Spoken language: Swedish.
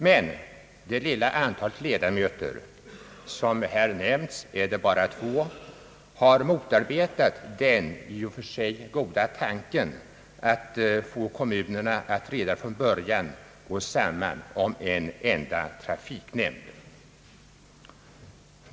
Men det lilla antal ledamöter som här nämnts — det är bara två — har motarbetat den i och för sig goda tanken att få kommunerna att redan från början gå samman om en enda trafiknämnd.